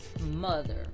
mother